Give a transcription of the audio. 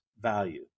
value